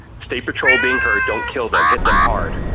state patrols being hurt, don't kill them, hit them hard,